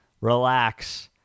Relax